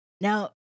now